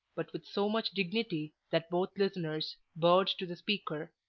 but with so much dignity that both listeners bowed to the speaker.